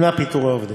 ימנע פיטורי עובדים.